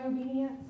obedience